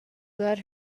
got